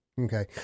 Okay